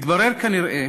מתברר שיש כנראה